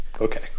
okay